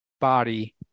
body